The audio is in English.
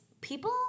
people